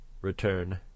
Return